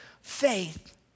faith